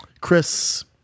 Chris